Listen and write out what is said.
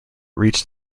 reached